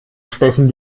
stechen